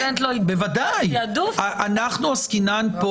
אנחנו עוסקים פה